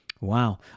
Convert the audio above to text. Wow